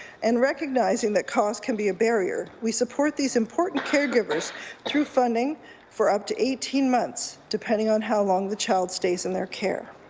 and recognizing that costs can be a barrier, we support these important caregivers through funding for up to eighteen months, depending on how long the child stays in their care.